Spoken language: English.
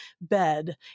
bed